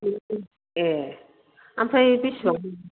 ए ओमफ्राय बेसेबां